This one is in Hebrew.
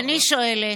ואני שואלת,